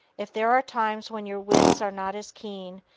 if there are times when your wits are not as keen,